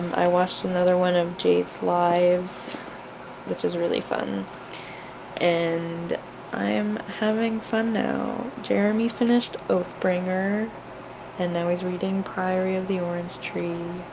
i watched another one of jade's lives which is really fun and i'm having fun now, jeremie finished oathbringer and now he's reading priory of the orange tree,